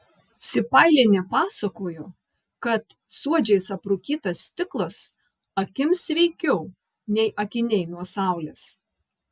sipailienė pasakojo kad suodžiais aprūkytas stiklas akims sveikiau nei akiniai nuo saulės